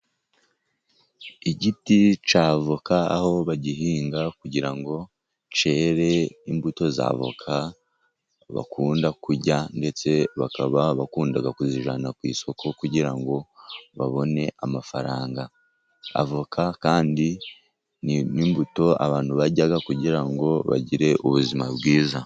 Igiti cya avoka aho bagihinga kugira ngo cyere imbuto za avoka bakunda kurya, ndetse bakaba bakunda kuzijyana ku isoko kugira ngo babone amafaranga. Avoka kandi ni imbuto abantu barya kugira ngo bagire ubuzima bwiza.